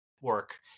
work